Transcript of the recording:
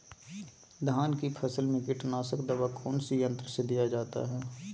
धान की फसल में कीटनाशक दवा कौन सी यंत्र से दिया जाता है?